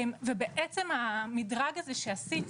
ובעצם המדרג הזה שעשיתי,